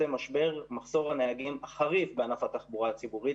משבר מחסור הנהגים החריף בענף התחבורה הציבורית.